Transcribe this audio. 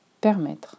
Permettre